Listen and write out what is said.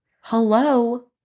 hello